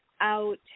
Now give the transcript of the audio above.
out